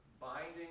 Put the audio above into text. binding